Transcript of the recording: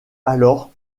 alors